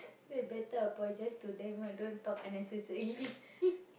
think I better apologise to them ah don't talk unnecessarily